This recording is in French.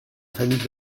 famille